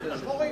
שחורים.